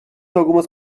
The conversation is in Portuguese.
algumas